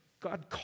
God